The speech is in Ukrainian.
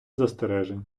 застережень